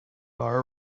bar